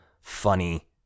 funny